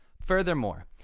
Furthermore